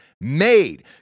made